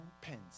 pens